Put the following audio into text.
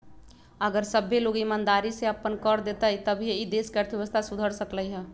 अगर सभ्भे लोग ईमानदारी से अप्पन कर देतई तभीए ई देश के अर्थव्यवस्था सुधर सकलई ह